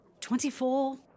Twenty-four